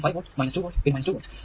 5 volt 2 volt പിന്നെ 2 volt